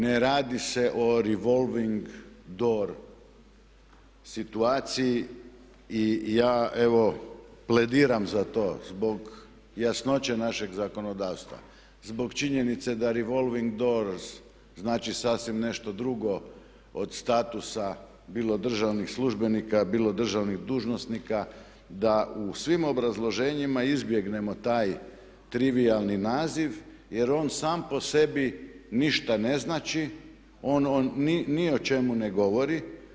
Ne radi se o revolving door situaciji i ja evo plediram za to zbog jasnoće našeg zakonodavstva, zbog činjenice da revolving door znači sasvim nešto drugo od statusa bilo državnih službenika, bilo državnih dužnosnika da u svim obrazloženjima izbjegnemo taj trivijalni naziv jer on sam po sebi ništa ne znači, on ni o čemu ne govori.